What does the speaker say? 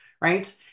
right